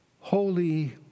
holy